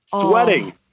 sweating